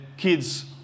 kids